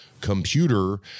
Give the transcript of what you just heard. computer